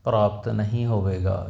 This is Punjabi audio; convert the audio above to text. ਪ੍ਰਾਪਤ ਨਹੀਂ ਹੋਵੇਗਾ